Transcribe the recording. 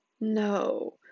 no